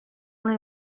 una